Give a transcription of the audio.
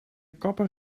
kapper